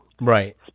Right